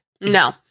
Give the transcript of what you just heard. No